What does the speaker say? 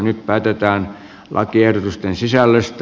nyt päätetään lakiehdotusten sisällöstä